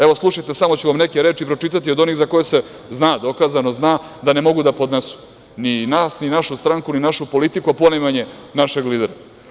Evo slušajte samo ću vam neke reči pročitati od onih za koje se zna, dokazano zna da ne mogu da podnesu ni nas, ni našu stranku, ni našu politiku, a ponajmanje našeg lidera.